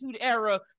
Era